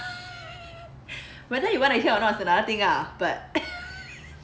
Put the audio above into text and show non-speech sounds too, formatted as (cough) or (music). (noise) whether you want to hear or not is another thing ah but